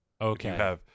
Okay